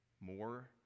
More